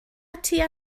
tua